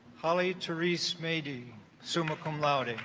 holly therese mady summa cum laude